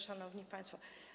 Szanowni Państwo!